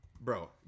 Bro